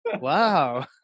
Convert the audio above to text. Wow